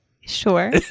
Sure